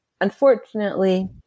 unfortunately